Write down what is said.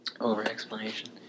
over-explanation